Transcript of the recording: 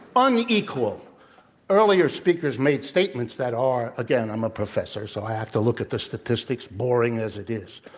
unequal earlier speakers made statements that are again, i'm a professor, so i have to look at the statistics, boring as it is.